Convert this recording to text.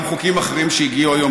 גם חוקים אחרים שהגיעו היום,